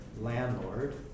landlord